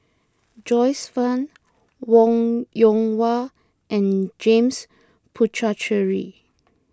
Joyce Fan Wong Yoon Wah and James Puthucheary